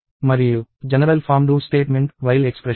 మరియు general form do statement while expression